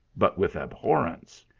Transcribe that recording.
but with abhor renje.